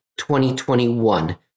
2021